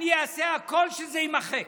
אני אעשה הכול שזה יימחק.